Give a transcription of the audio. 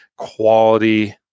quality